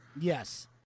Yes